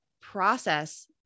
process